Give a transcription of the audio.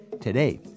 Today